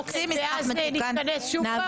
ונתכנס שוב?